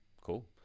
Cool